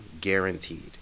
Guaranteed